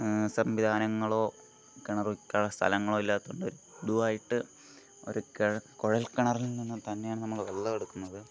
സംവിധാനങ്ങളോ കിണർ വയ്ക്കാനുള്ള സ്ഥലങ്ങളോ ഇല്ലാത്തത് കൊണ്ട് പൊതുവായിട്ട് ഒരു കെഴ കുഴൽക്കിണറില് നിന്നു തന്നെയാണ് നമ്മൾ വെള്ളം എടുക്കുന്നത്